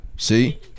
See